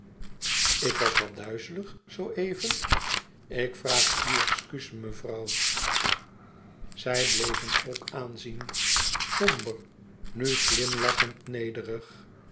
ik was wat duizelig zoo even ik vraag u excuus mevrouw zij bleef hem ook aanzien somber nu glimlachend